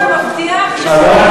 זה, זה נשמע כל כך מבטיח, טוב,